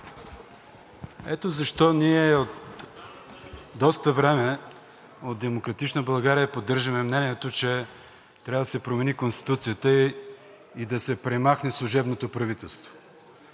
Ето защо ние от „Демократична България“ от доста време поддържаме мнението, че трябва да се промени Конституцията и да се премахне служебното правителство,